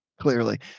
Clearly